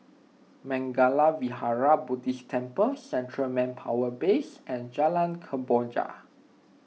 Mangala Vihara Buddhist Temple Central Manpower Base and Jalan Kemboja